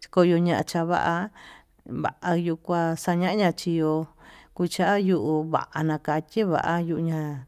chiko yuu ña'a chava'a vañukua xañaña chió kuchañio va'a nakachi vaña.